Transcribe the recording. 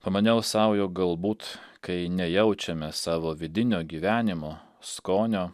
pamaniau sau jog galbūt kai nejaučiame savo vidinio gyvenimo skonio